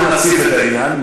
אנחנו נציף את העניין,